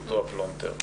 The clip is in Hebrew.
אותו הפלונטר.